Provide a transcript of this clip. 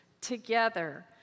together